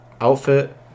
Outfit